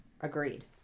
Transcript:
agreed